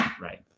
Right